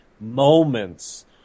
moments